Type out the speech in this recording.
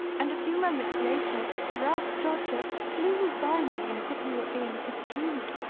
and a few moments later sir ralph droger flew by me as if he were being pursued.